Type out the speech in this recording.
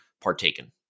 partaken